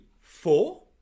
four